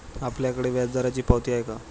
आपल्याकडे व्याजदराची पावती आहे का?